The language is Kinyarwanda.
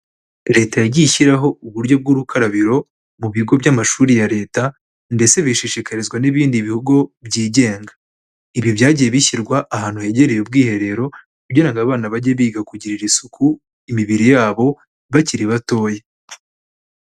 Leta yagiye ishyiraho uburyo bw'urukarabiro mu bigo by'amashuri ya Leta ndetse bishishikarizwa n'ibindi bigo byigenga. Ibi byagiye bishyirwa ahantu hegereye ubwiherero kugira ngo abana bajye biga kugirira isuku imibiri yabo, bakiri batoya.